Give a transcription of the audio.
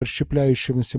расщепляющемуся